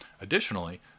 Additionally